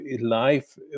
life